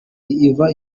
iva